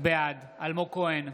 בעד אלמוג כהן,